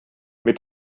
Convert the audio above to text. mit